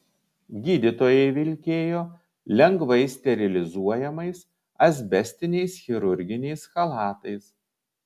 gydytojai vilkėjo lengvai sterilizuojamais asbestiniais chirurginiais chalatais